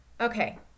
Okay